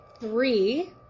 three